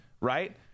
right